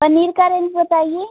पनीर का रेंज बताइए